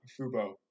Fubo